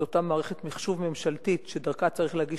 אותה מערכת מחשוב ממשלתית שדרכה צריך להגיש